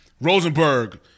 Rosenberg